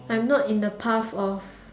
I'm not in the path of